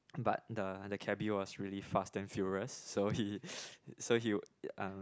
but the the cabby was really fast and furious so he so he uh